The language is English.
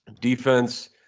Defense